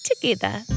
Together